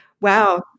wow